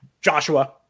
Joshua